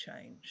change